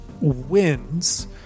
wins